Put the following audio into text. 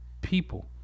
people